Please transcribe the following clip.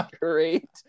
great